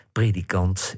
predikant